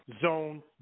zone